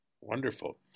Wonderful